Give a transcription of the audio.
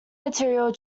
material